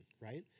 right